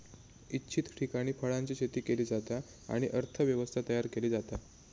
इच्छित ठिकाणी फळांची शेती केली जाता आणि अर्थ व्यवस्था तयार केली जाता